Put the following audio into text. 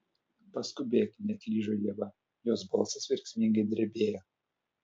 paskubėk neatlyžo ieva jos balsas verksmingai drebėjo